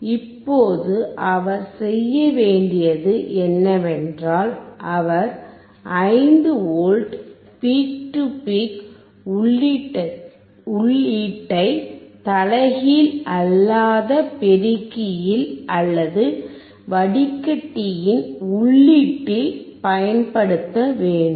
இப்போது அவர் செய்ய வேண்டியது என்னவென்றால் அவர் 5 V பீக் டு பீக் உள்ளீட்டைப் தலைகீழ் அல்லாத பெருக்கியில் அல்லது வடிகட்டியின் உள்ளீட்டில் பயன்படுத்த வேண்டும்